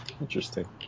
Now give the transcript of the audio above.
Interesting